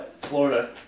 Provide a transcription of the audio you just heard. Florida